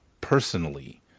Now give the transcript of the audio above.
personally